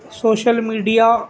social media